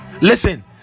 listen